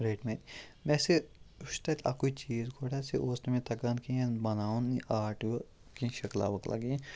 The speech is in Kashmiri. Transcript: ریٔٹۍ مٕتۍ مےٚ ہسا وُچھ تَتہِ اَکُے چیٖز گۄڈٕ ہسا اوس نہٕ مےٚ تَگان کِہیٖنۍ بَناوُن یہِ آرٹ یہِ کینٛہہ شِکلا وکلا کیٚنہہ